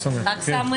בשעה 14:20.